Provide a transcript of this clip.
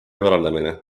korraldamine